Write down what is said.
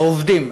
העובדים,